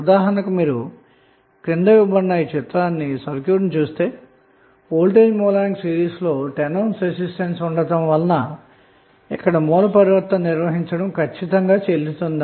ఉదాహరణకు ఇవ్వబడిన సర్క్యూట్ను చూస్తే వోల్టేజ్ సోర్స్ కి సిరీస్లో 10 ohm రెసిస్టెన్స్ ఉండటం వలన ఇక్కడ సోర్స్ ట్రాన్సఫార్మషన్ నిర్వహించడము ఖచ్చితంగా చెల్లుతుంది